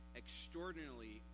extraordinarily